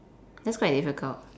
that's quite difficult